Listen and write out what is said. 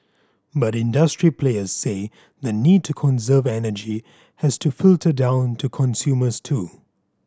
but industry players say the need to conserve energy has to filter down to consumers too